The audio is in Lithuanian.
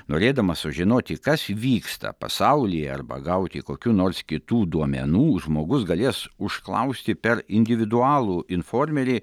norėdamas sužinoti kas vyksta pasaulyje arba gauti kokių nors kitų duomenų žmogus galės užklausti per individualų informerį